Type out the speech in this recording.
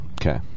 Okay